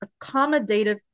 accommodative